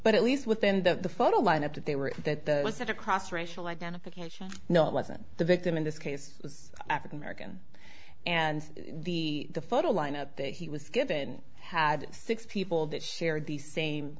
but at least within the photo lineup that they were that was it across racial identification no it wasn't the victim in this case was african american and the the photo lineup that he was given had six people that share the same